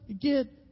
get